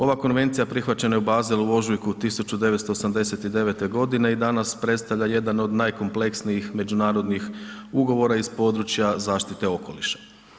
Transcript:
Ova konvencija prihvaćena je u Baselu u ožujku 1989. g. i danas predstavlja jedan od najkompleksnijih međunarodnih ugovora iz područja zaštite okoliša.